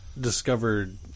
discovered